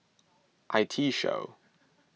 I T Show